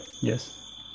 yes